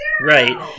Right